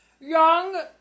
Young